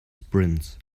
sprints